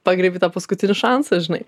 pagriebė paskutinis šansas žinai